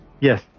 Yes